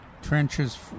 trenches